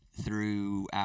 throughout